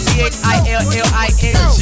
C-H-I-L-L-I-N-G